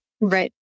Right